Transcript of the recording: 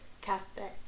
cafe